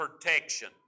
protection